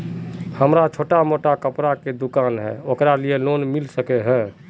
हमरा छोटो मोटा कपड़ा के दुकान है ओकरा लिए लोन मिलबे सके है?